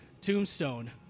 tombstone